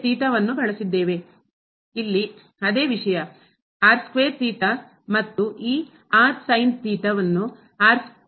ಇಲ್ಲಿ ಅದೇ ವಿಷಯ ಮತ್ತು ಈ ಅನ್ನು ನೊಂದಿಗೆ ಬದಲಾಯಿಸಲಾಗುತ್ತದೆ